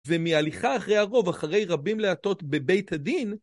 ומהליכה אחרי הרוב, אחרי רבים להטות בבית הדין